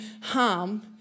harm